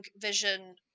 Vision